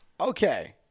Okay